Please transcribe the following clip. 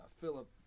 philip